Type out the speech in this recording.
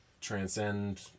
transcend